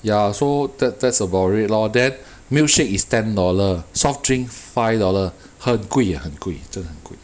ya so that~ that's about it lor then milkshake is ten dollar soft drink five dollar 很贵很贵真的很贵